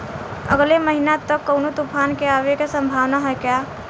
अगले महीना तक कौनो तूफान के आवे के संभावाना है क्या?